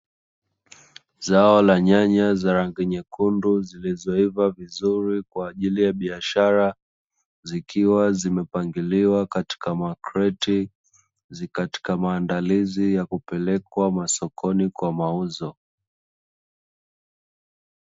Zao la nyanya za rangi nyekundu zilizoiva vizuri kwa ajili ya biashara, zikiwa zimepangiliwa katika makreti, zi katika maandalizi ya kupelekwa masokoni kwa mauzo.